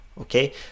okay